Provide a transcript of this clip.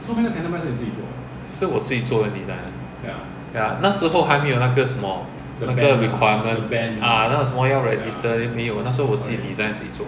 是我自己做的 design ya 那时候还没有那个什么那个 requirement ah 那种什么要 register 没有那时候我自己 design 自己做